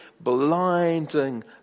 blinding